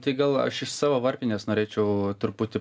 tai gal aš iš savo varpinės norėčiau truputį